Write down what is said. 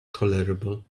tolerable